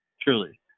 truly